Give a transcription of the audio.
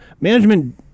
management